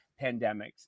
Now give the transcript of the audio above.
pandemics